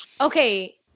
Okay